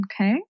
Okay